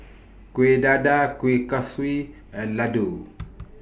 Kueh Dadar Kueh Kaswi and Laddu